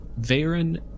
Varen